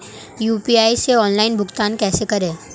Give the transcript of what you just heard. UPI से online भुगतान कैसे करें?